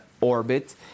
orbit